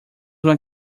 uma